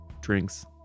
drinks